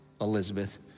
Elizabeth